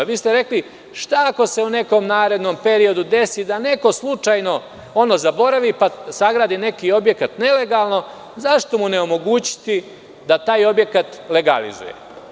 Vi ste rekli – šta ako se u nekom narednom periodu desi da neko slučajno zaboravi, pa se sagradi neki objekat nelegalno, zašto mu ne omogućiti da taj objekat legalizuje?